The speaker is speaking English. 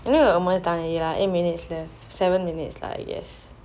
you know we are almost done already lah eight minutes left seven minutes lah I guess